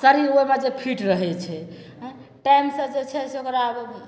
शरीर ओहिमे जे फिट रहै छै टाइमसे जे छै से ओकरा आब